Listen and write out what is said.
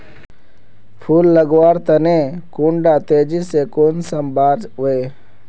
फुल लगवार तने कुंडा तेजी से कुंसम बार वे?